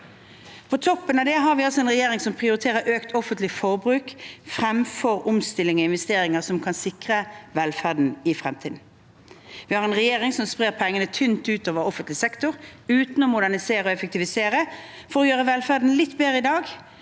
På toppen av det har vi en regjering som prioriterer økt offentlig forbruk fremfor omstilling og investeringer som kan sikre velferden i fremtiden. Vi har en regjering som sprer pengene tynt utover offentlig sektor, uten å modernisere og effektivisere, for å gjøre velferden litt bedre i dag,